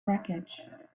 wreckage